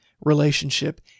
relationship